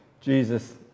Jesus